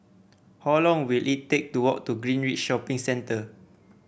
how long will it take to walk to Greenridge Shopping Centre